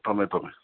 ꯊꯝꯃꯦ ꯊꯝꯃꯦ